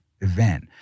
event